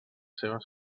seva